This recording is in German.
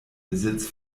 besitz